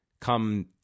come –